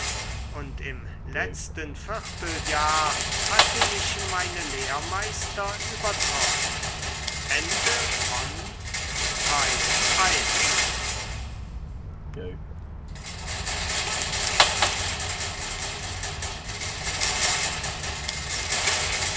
und im letzten vierteljahr hatte ich meine lehrmeister übertroffen